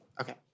okay